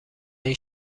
این